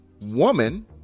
woman